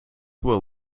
will